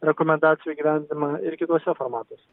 rekomendacijų įgyvendinimą ir kituose formatuose